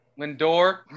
Lindor